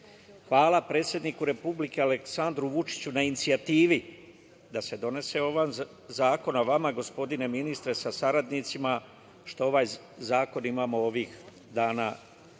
Hvala predsedniku Republike Aleksandru Vučiću na inicijativi da se donese ovaj zakon, a vama, gospodine ministre sa saradnicima, što ovaj zakon imamo ovih dana